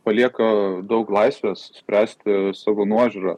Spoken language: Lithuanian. palieka daug laisvės spręsti savo nuožiūra